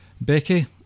Becky